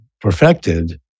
perfected